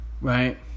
right